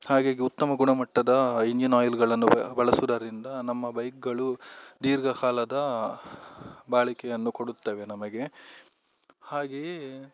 ಹಾಗಾಗಿ ಉತ್ತಮ ಗುಣಮಟ್ಟದ ಇಂಜಿನ್ ಆಯಿಲ್ಗಳನ್ನು ಬಳಸುವುದರಿಂದ ನಮ್ಮ ಬೈಕ್ಗಳು ದೀರ್ಘಕಾಲದ ಬಾಳಿಕೆಯನ್ನು ಕೊಡುತ್ತವೆ ನಮಗೆ ಹಾಗೆಯೇ